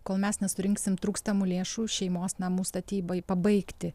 kol mes nesurinksim trūkstamų lėšų šeimos namų statybai pabaigti